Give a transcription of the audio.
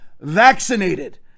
vaccinated